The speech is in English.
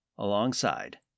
Alongside